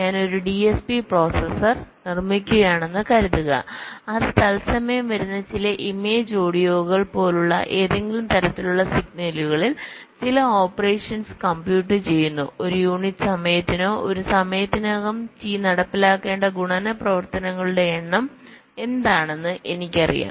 ഞാൻ ഒരു DSP processor DSP processor നിർമ്മിക്കുകയാണെന്ന് കരുതുക അത് തത്സമയം വരുന്ന ചില ഇമേജ് ഓഡിയോകൾ പോലുള്ള ഏതെങ്കിലും തരത്തിലുള്ള സിഗ്നലുകളിൽ ചില ഓപ്പറേഷൻസ് കംപ്യുട്ട് ചെയ്യുന്നു ഒരു യൂണിറ്റ് സമയത്തിനോ ഒരു സമയത്തിനകം T നടപ്പിലാക്കേണ്ട ഗുണന പ്രവർത്തനങ്ങളുടെ എണ്ണം എന്താണെന്ന് എനിക്കറിയാം